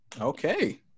Okay